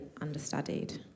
understudied